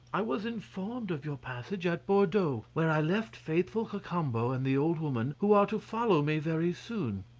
i was informed of your passage at bordeaux, where i left faithful cacambo and the old woman, who are to follow me very soon.